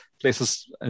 places